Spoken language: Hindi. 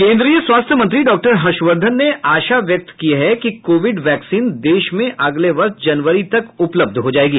केन्द्रीय स्वास्थ्य मंत्री डॉ हर्षवर्धन ने आशा व्यक्त की है कि कोविड वैक्सीन देश में अगले वर्ष जनवरी तक उपलब्ध हो जाएगी